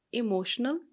emotional